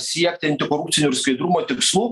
siekti antikorupcinių ir skaidrumo tikslų